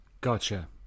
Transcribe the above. Gotcha